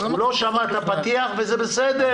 הוא לא שמע את הפתיח וזה בסדר.